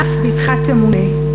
אף בתך תמוּנֶה".